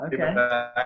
Okay